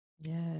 Yes